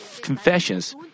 confessions